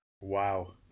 Wow